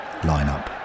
lineup